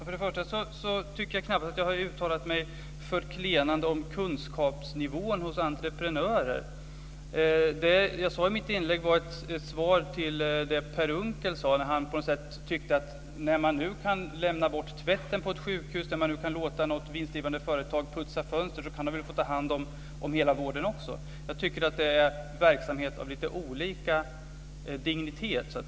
Fru talman! Jag tycker knappast att jag har uttalat mig förklenande om kunskapsnivån hos entreprenörer. Det jag sade i mitt inlägg var en kommentar till det som Per Unckel framförde. Han sade att när man nu kan lämna bort tvätten på ett sjukhus och låta vinstdrivande företag putsa fönster, så kan de få ta hand också om vården. Jag tycker att det handlar om verksamhet av lite olika dignitet.